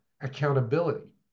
accountability